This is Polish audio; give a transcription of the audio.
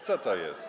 Co to jest?